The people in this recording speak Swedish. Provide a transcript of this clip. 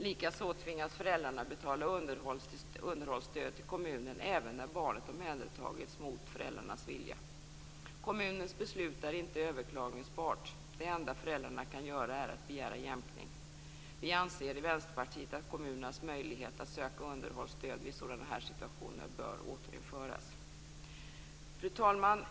Likaså tvingas föräldrarna betala underhållsstöd till kommunen även när barnet omhändertagits mot föräldrarnas vilja. Kommunens beslut är inte överklagningsbart. Det enda föräldrarna kan göra är att begära jämkning. Vi anser i Vänsterpartiet att kommunernas möjlighet att söka underhållsstöd i sådana här situationer bör återinföras. Fru talman!